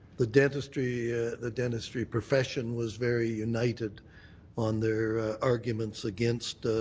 the dentistry the dentistry profession was very united on their arguments against